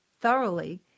thoroughly